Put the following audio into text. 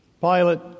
Pilate